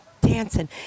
dancing